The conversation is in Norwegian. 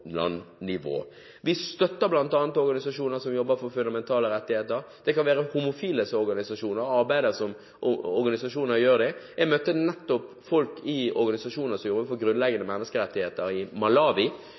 Vi støtter bl.a. organisasjoner som jobber for fundamentale rettigheter. Det kan være homofiles organisasjoner, arbeidet som organisasjonene der gjør. Jeg møtte nettopp folk i organisasjoner som jobber for